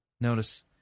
Notice